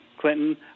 Clinton